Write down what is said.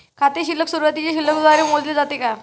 खाते शिल्लक सुरुवातीच्या शिल्लक द्वारे मोजले जाते का?